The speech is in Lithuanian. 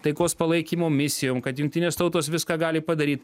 taikos palaikymo misijom kad jungtinės tautos viską gali padaryt